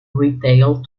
retail